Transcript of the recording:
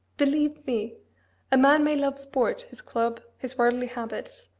believe me a man may love sport, his club, his worldly habits,